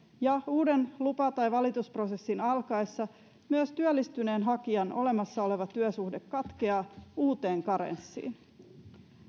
ja uuden lupa tai valitusprosessin alkaessa myös työllistyneen hakijan olemassa oleva työsuhde katkeaa uuteen karenssiin